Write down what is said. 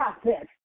process